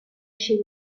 així